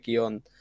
on